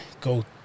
go